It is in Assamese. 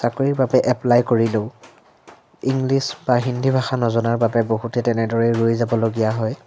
চাকৰিৰ বাবে এপ্লাই কৰিলেও ইংলিছ বা হিন্দী ভাষা নজনাৰ বাবে বহুতে তেনেদৰেই ৰৈ যাবলগীয়া হয়